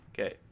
Okay